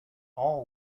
all